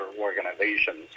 organizations